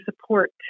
support